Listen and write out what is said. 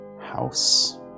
house